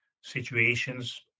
situations